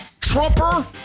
Trumper